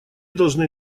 должны